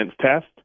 test